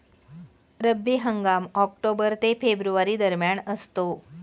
रब्बी हंगाम ऑक्टोबर ते फेब्रुवारी दरम्यान असतो